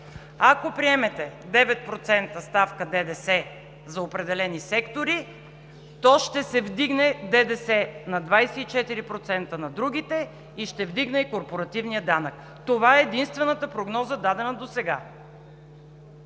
„Ако приемете 9% ставка ДДС за определени сектори, то ще се вдигне ДДС на 24% на другите и ще вдигне корпоративния данък“. Това е единствената прогноза, дадена досега.